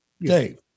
Dave